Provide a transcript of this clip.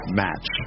match